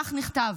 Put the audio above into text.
וכך נכתב: